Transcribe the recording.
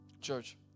church